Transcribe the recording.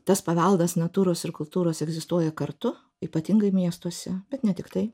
tas paveldas natūros ir kultūros egzistuoja kartu ypatingai miestuose bet ne tiktai